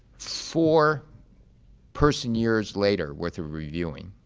four person years later worth of reviewing,